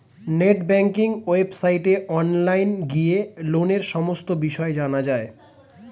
net banking ওয়েবসাইটে online গিয়ে লোনের সমস্ত বিষয় জানা যায়